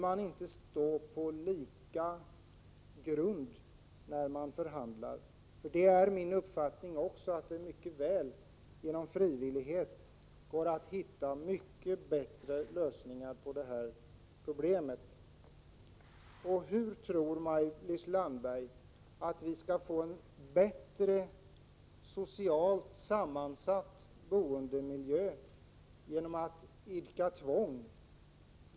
Borde inte parterna få stå på lika grund vid en förhandling? Det är också min uppfattning att man genom frivillighet skall kunna hitta mycket bättre lösningar på problemet. Hur tror Maj-Lis Landberg att vi skall få en socialt bättre sammansatt boendemiljö genom att utöva tvång?